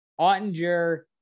ottinger